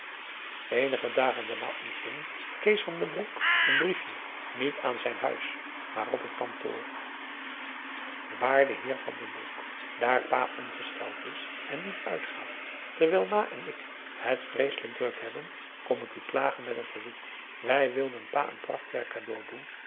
eenige dagen daarna ontving kees van den broek een briefje niet aan zijn huis maar op t kantoor waarde heer van den broek daar pa ongesteld is en niet uitgaat terwijl ma en ik het vreeselijk druk hebben kom ik u plagen met een verzoek wij wilden pa een prachtwerk cadeau doen